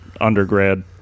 undergrad